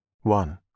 One